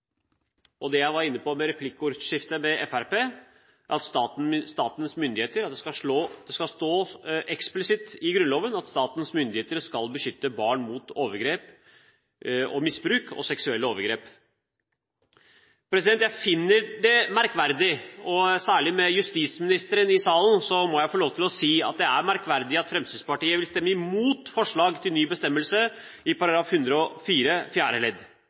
Jeg var inne på i replikkordskiftet med Fremskrittspartiet at det skal stå eksplisitt i Grunnloven at statens myndigheter skal beskytte barn mot overgrep, misbruk og seksuelle overgrep. Jeg finner det merkverdig, og særlig med justisministeren i salen må jeg få lov til å si at det er merkverdig at Fremskrittspartiet vil stemme imot forslag til ny bestemmelse i § 104 fjerde ledd.